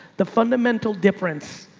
the fundamental difference